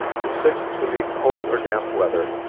the sick who need cold or damp weather,